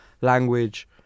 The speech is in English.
language